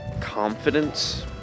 confidence